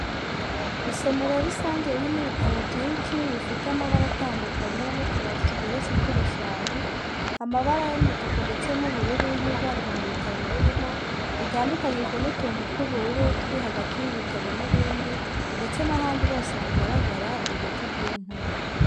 Isomero rusange ririmo ibitabo byinshi bifite amabara atandukanye n'utubati tugeretse inshuro eshanu, amabara y'umutuku ndetse n'ubururu yiganje mu bitabo birimo, bitandukanyijwe n'utuntu tw'ubururu turi hagati y'ibitabo n'ibindi ndetse n'ahandi hose hagaragara ibiti by'inturo.